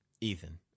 Ethan